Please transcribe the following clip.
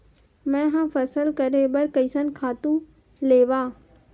मैं ह फसल करे बर कइसन खातु लेवां?